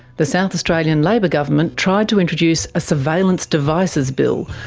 the south australian labor government tried to introduce a surveillance devices bill,